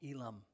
Elam